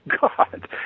God